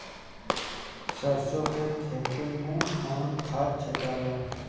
सरसो के खेती मे कौन खाद छिटाला?